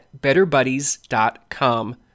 BetterBuddies.com